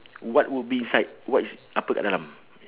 what would be inside what is apa kat dalam